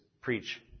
preach